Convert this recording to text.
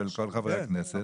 של כל חברי הכנסת,